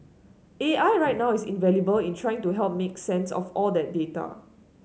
A I right now is invaluable in trying to help make sense of all that data